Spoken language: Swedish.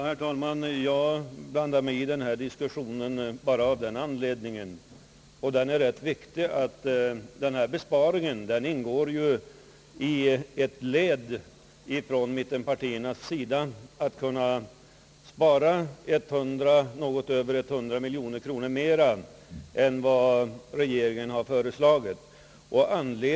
Herr talman! Jag blandar mig i denna diskussion av den anledningen — och den är rätt viktig — att denna besparing ingår som ett led i mittenpartiernas strävan att spara något över 100 miljoner kronor mer än vad regeringen har föreslagit.